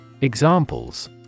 Examples